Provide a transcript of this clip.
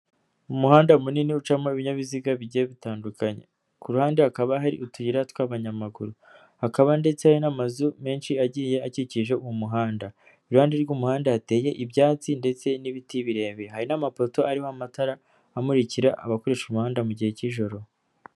Umuhanda munini ucamo ibinyabiziga bigiye bitandukanye. Ku ruhande hakaba hari utuyira tw'abanyamaguru. Hakaba ndetse hari n'amazu menshi agiye akikije uwo muhanda. Iruhande rw'umuhanda hateye ibyatsi ndetse n'ibiti birebire. Hariho n'amapoto ariho amatara amurikira abakoresha umuhanda mu gihe cy'ijoro.